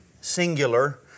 singular